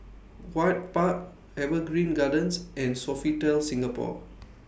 Ewart Park Evergreen Gardens and Sofitel Singapore